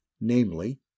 namely